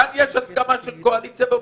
כאן יש הסכמה של קואליציה ואופוזיציה.